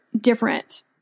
different